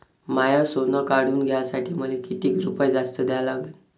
माय सोनं काढून घ्यासाठी मले कितीक रुपये जास्त द्या लागन?